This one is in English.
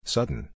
Sudden